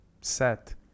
set